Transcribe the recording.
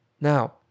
Now